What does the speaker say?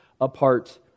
apart